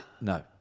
No